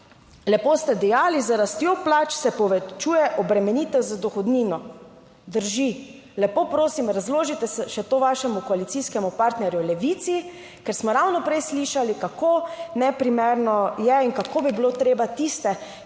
Lepo ste dejali, z rastjo plač se povečuje obremenitev z dohodnino. Drži. Lepo prosim, razložite še to vašemu koalicijskemu partnerju Levici, ker smo ravno prej slišali kako neprimerno je in kako bi bilo treba tiste,